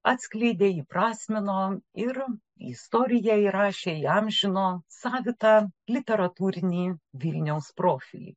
atskleidė įprasmino ir į istoriją įrašė įamžino savitą literatūrinį vilniaus profilį